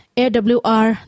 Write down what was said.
awr